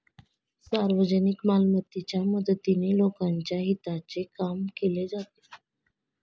सार्वजनिक मालमत्तेच्या मदतीने लोकांच्या हिताचे काम केले जाते